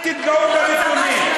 אל תתגאו בנתונים.